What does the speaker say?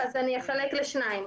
אחלק את תשובתי לשתיים.